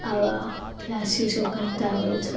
આવા ક્લાસીસો કરતા હોય છે